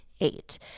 Eight